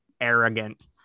arrogant